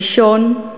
הראשונה,